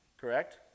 Correct